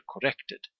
corrected